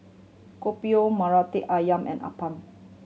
Kopi O Murtabak Ayam and appam